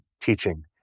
teaching